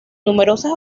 numerosas